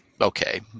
Okay